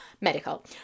medical